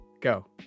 Go